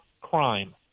crime